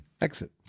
Exit